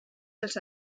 dels